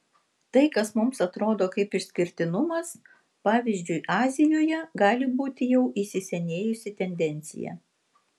tai kas mums atrodo kaip išskirtinumas pavyzdžiui azijoje gali būti jau įsisenėjusi tendencija